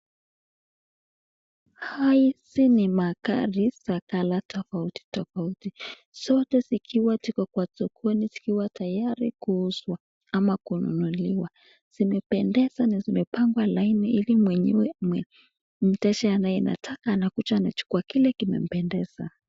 Hizi ni magari ya color tafauti tafauti zote zikiwa ziki kwa sokoni zikiwa tayari kuuzwa ama kununuliwa simependeza na simepangwa laini hili mteja naye anataka anakuja kile kinachopendeza.